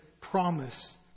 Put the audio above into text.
promise